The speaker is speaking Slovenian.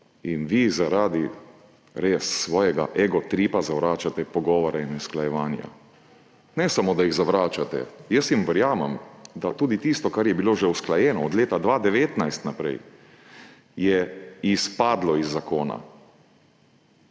Vi res zaradi svojega egotripa zavračate pogovore in usklajevanja. Ne samo, da jih zavračate, jaz jim verjamem, da je tudi tisto, kar je bilo že usklajeno od leta 2019 naprej, izpadlo iz zakona,